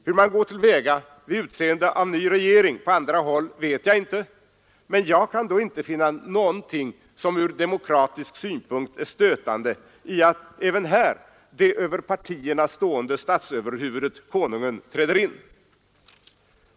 Hur man går till väga vid utseende av ny regering på andra håll i världen vet jag inte, men jag kan inte finna någonting som från demokratisk synpunkt är stötande i att även här det över partierna stående statsöverhuvudet konungen träder in.